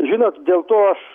žinot dėl to aš